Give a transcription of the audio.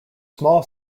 small